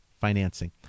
financing